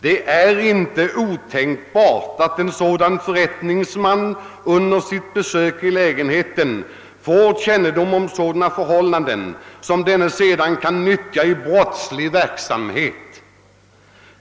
Det är inte otänkbart att en sådan förrättningsman under sitt besök i lägenheten får kännedom om sådana förhållanden som denne sedan kan nyttja i brottslig verksamhet.